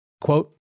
Quote